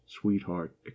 sweetheart